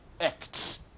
acts